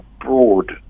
broad